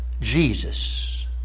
Jesus